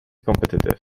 competitive